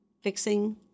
fixing